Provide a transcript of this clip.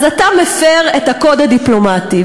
אז אתה מפר את הקוד הדיפלומטי.